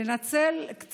לנצל,